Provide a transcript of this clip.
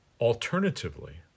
Alternatively